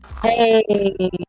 Hey